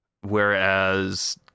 Whereas